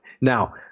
Now